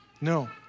No